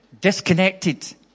disconnected